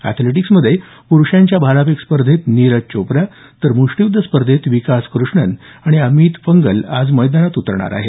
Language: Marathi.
अॅथलेटिक्समध्ये पुरुषांच्या भालाफेक स्पर्धेत नीरज चोप्रा तर मुष्टीयुद्ध स्पर्धेत विकास कृष्णन आणि अमित फंगल आज मैदानात उतरणार आहेत